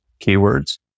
keywords